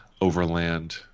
overland